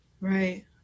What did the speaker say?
Right